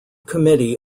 committee